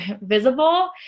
visible